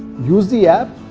use the app,